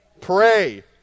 Pray